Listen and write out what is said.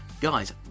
guys